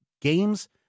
Games